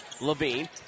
Levine